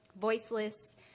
voiceless